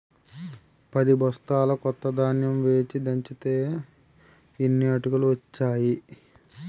పదిబొస్తాల కొత్త ధాన్యం వేచి దంచితే యిన్ని అటుకులు ఒచ్చేయి